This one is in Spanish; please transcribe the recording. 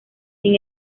sin